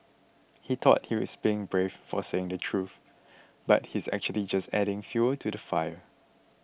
he thought he's brave for saying the truth but he's actually just adding fuel to the fire